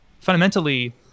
Fundamentally